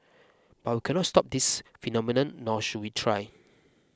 but we cannot stop this phenomenon nor should we try